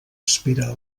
espera